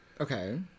Okay